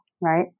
right